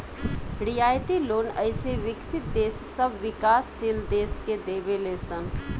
रियायती लोन अइसे विकसित देश सब विकाशील देश के देवे ले सन